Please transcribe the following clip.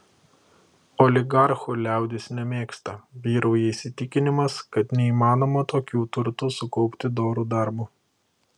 oligarchų liaudis nemėgsta vyrauja įsitikinimas kad neįmanoma tokių turtų sukaupti doru darbu